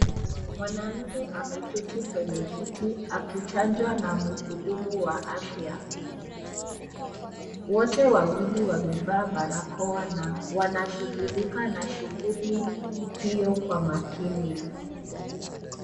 Mwanamke ameketi kwenye kiti akichanjwa na mhudumu wa afya. Wote wawili wamevaa barakoa na wanashughulikia na shuguli hiyo kwa makini.